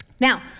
now